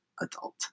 adult